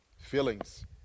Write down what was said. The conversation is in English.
Feelings